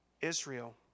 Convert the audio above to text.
Israel